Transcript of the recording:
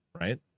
right